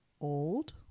old